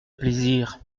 plaisir